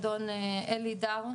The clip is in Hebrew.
אדון אלי דר,